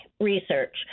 research